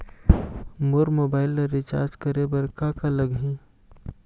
मोर mobile ला recharge करे बर का का लगही?